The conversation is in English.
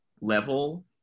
level